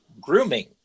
grooming